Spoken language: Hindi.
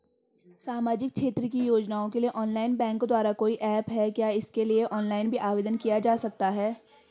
सामाजिक क्षेत्र की योजनाओं के लिए ऑनलाइन बैंक द्वारा कोई ऐप है क्या इसके लिए ऑनलाइन भी आवेदन किया जा सकता है?